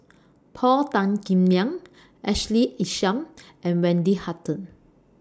Paul Tan Kim Liang Ashley Isham and Wendy Hutton